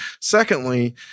Secondly